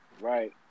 right